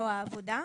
זרוע העבודה.